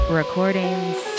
recordings